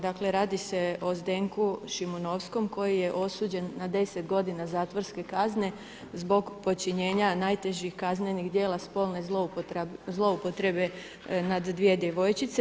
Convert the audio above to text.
Dakle radi se o Zdenku Šimunovskom koji je osuđen na 10 godina zatvorske kazne zbog počinjenja najtežih kaznenih djela spolne zloupotrebe nad dvije djevojčice.